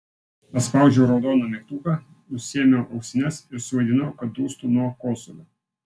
paspaudžiau raudoną mygtuką nusiėmiau ausines ir suvaidinau kad dūstu nuo kosulio